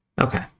Okay